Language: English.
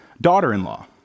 daughter-in-law